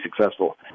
successful